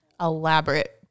elaborate